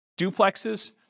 duplexes